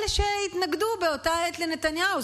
אלה שהתנגדו באותה עת לנתניהו.